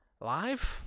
Live